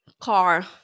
car